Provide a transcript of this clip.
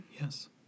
Yes